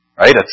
Right